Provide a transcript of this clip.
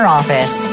office